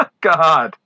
God